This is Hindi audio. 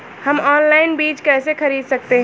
हम ऑनलाइन बीज कैसे खरीद सकते हैं?